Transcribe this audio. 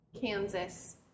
Kansas